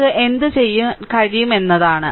നമുക്ക് എന്തുചെയ്യാൻ കഴിയും എന്നതാണ്